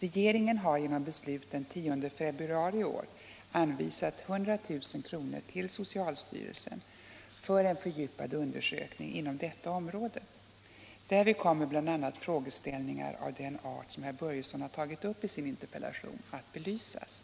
Regeringen har genom beslut den 10 februari i år anvisat 100 000 kr. till socialstyrelsen för en fördjupad undersökning inom detta område. Därvid kommer bl.a. frågeställningar av den art som herr Börjesson i Falköping har tagit upp i sin interpellation att belysas.